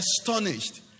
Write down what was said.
astonished